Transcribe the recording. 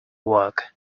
work